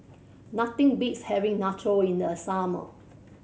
nothing beats having Nacho in the summer